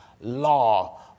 law